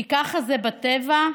כי ככה זה בטבע,